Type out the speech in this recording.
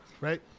right